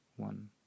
One